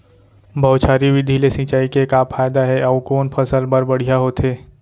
बौछारी विधि ले सिंचाई के का फायदा हे अऊ कोन फसल बर बढ़िया होथे?